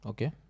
Okay